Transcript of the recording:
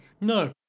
No